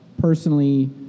personally